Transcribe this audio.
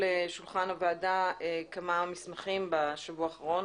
שולחן הוועדה כמה מסמכים בשבוע האחרון,